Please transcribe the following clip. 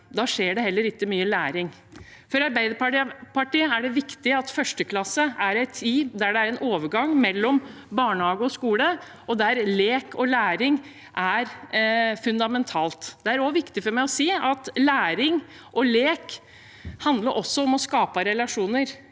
Da skjer det heller ikke mye læring. For Arbeiderpartiet er det viktig at 1. klasse er en tid der det er en overgang mellom barnehage og skole, og der lek og læring er fundamentalt. Det er også viktig for meg å si at læring og lek også handler om å skape relasjoner.